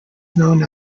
known